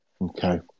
Okay